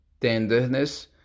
tenderness